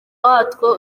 watwo